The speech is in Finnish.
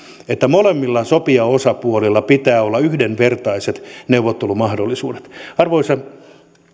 että molemmilla sopijaosapuolilla pitää olla yhdenvertaiset neuvottelumahdollisuudet arvoisa